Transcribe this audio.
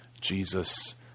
Jesus